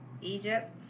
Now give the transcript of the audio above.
Egypt